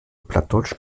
plattdeutsch